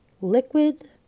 liquid